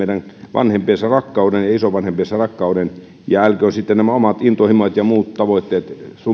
vanhempiensa rakkauden ja isovanhempiensa rakkauden älkööt sitten nämä omat intohimot ja muut tavoitteet